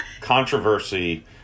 controversy